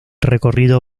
recorrido